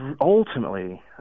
ultimately